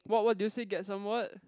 what what did you say get some what